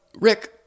Rick